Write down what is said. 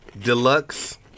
Deluxe